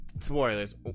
spoilers